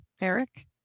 Eric